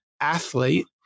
athlete